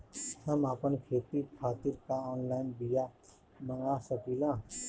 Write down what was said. हम आपन खेती खातिर का ऑनलाइन बिया मँगा सकिला?